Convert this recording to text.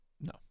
No